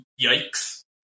Yikes